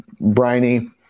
briny